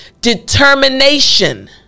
determination